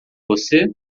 você